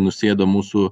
nusėdo mūsų